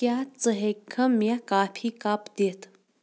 کیٛاہ ژٕ ہیٚککھا مےٚ کافی کپ دِتھ